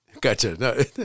Gotcha